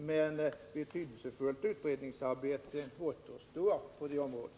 Men betydelsefullt utredningsarbete återstår på det området.